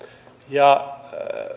ja